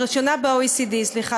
הראשונה ב-OECD סליחה,